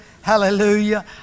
Hallelujah